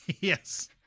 Yes